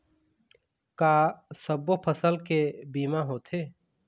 का सब्बो फसल के बीमा होथे?